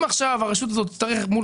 אם עכשיו הרשות הזאת תצטרך לפעול מול